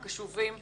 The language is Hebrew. אנחנו קשובים,